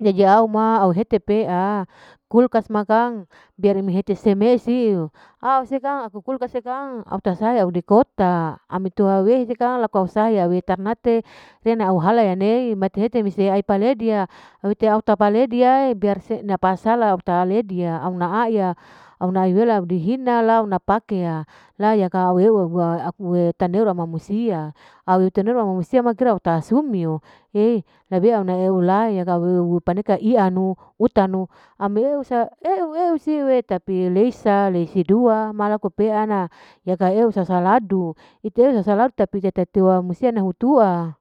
jadi au ma au hete hete pea kulkas ma kang biar mehete seme siu, au esekang laku kulkas ekang au tasala di kota awewe kang laku au sahia mani tarnate rena au halane mati hete au halaya, halaya nei mate hese mese au ledia au hete papalediae biar se napala au tayedia, au na aiya, au ladihina lao napake ya layaka au heu ya allah me taneo rala musia, au hete nur ala musia au kira au ta sunyie, hei hei labe au na lae paneka iyanu, utanu amne husa ehu sioe tapi tapisa hese dua ma laku wapeanu yaka eu sasaladu itei asualadu tapi atetia musia hutua.